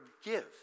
forgive